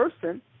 person